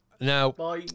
now